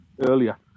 earlier